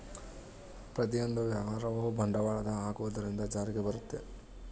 ಪ್ರತಿಯೊಂದು ವ್ಯವಹಾರವು ಬಂಡವಾಳದ ಹಾಕುವುದರಿಂದ ಜಾರಿಗೆ ಬರುತ್ತ